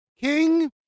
King